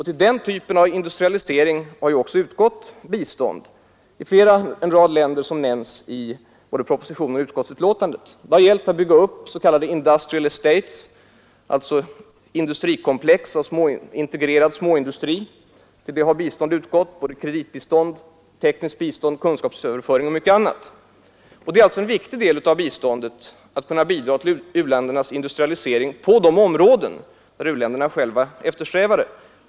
Till den typen av industrialisering har också utgått bistånd till flera länder som nämns i både propositionen och utskottsbetänkandet. Det har gällt att bygga s.k. industrial estates, dvs. industrikomplex med integrerad småindustri. Till det har bistånd utgått, i form av kreditbistånd, tekniskt bistånd, kunskapsöverföring och mycket annat. Det är en viktig del av biståndsverksamheten att bidra till u-ländernas industrialisering på de områden där u-länderna själva eftersträvar det.